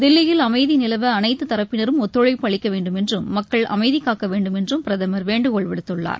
தில்லியில் அன்மதி நிலவ அனைத்து தரப்பினரும் ஒத்துழைப்பு அளிக்க வேண்டுமென்றும் மக்கள் அமைதி காக்க வேண்டுமென்றும் பிரதமர் வேண்டுகோள் விடுத்துள்ளார்